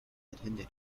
attended